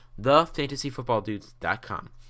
thefantasyfootballdudes.com